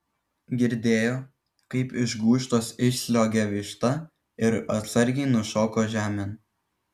girdėjo kaip iš gūžtos išsliuogė višta ir atsargiai nušoko žemėn